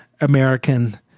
American